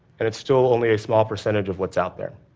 and it's still only a small percentage of what's out there.